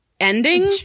ending